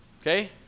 Okay